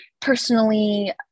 personally